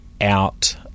out